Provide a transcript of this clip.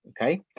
Okay